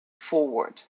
forward